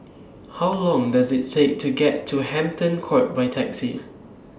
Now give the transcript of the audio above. How Long Does IT Take to get to Hampton Court By Taxi